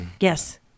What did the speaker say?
Yes